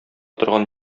торган